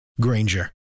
Granger